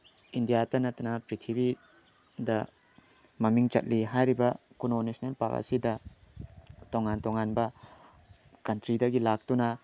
ꯏꯟꯗꯤꯌꯥꯗ ꯅꯠꯅ ꯄ꯭ꯔꯤꯊꯤꯕꯤꯗ ꯃꯃꯤꯡ ꯆꯠꯂꯤ ꯍꯥꯏꯔꯤꯕ ꯀꯨꯅꯣ ꯅꯦꯁꯅꯦꯜ ꯄꯥꯛ ꯑꯁꯤꯗ ꯇꯣꯉꯥꯟ ꯇꯣꯉꯥꯟꯕ ꯀꯟꯇ꯭ꯔꯤꯗꯒꯤ ꯂꯥꯛꯇꯨꯅ